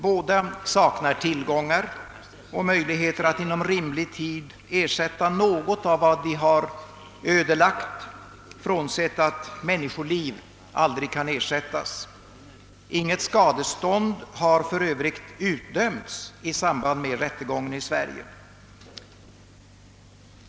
Båda saknar tillgångar och möjligheter att inom rimlig tid ersätta något av vad de har ödelagt, frånsett att människoliv aldrig kan ersättas. Inget skadestånd har för övrigt utdömts i samband med rättegången i Sverige.